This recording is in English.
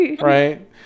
right